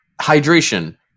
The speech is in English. Hydration